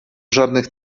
żadnych